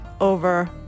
over